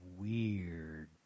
weird